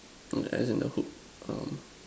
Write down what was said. mm at least in the Hood um